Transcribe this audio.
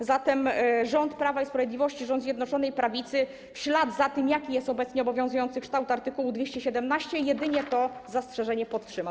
A zatem rząd Prawa i Sprawiedliwości, rząd Zjednoczonej Prawicy w ślad za tym, jaki jest obecnie obowiązujący kształt art. 217, jedynie to zastrzeżenie podtrzymał.